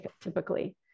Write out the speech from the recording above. typically